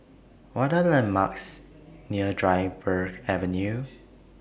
What Are The landmarks near Dryburgh Avenue